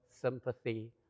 sympathy